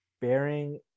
bearing